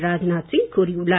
ராஜ்நாத் சிங் கூறியுள்ளார்